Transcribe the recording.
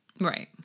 Right